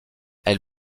elle